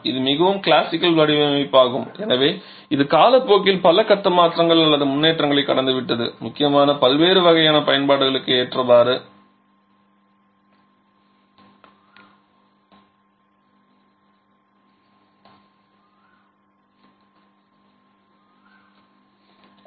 இது மிகவும் கிளாசிக்கல் வடிவமைப்பாகும் எனவே இது காலப்போக்கில் முக்கியமாக பல்வேறு வகையான பயன்பாடுகளுக்கு ஏற்றவாறு பல கட்ட மாற்றங்கள் அல்லது முன்னேற்றங்களைக் கடந்துவிட்டது